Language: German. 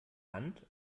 hand